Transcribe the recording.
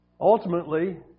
Ultimately